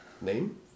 Name